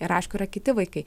ir aišku yra kiti vaikai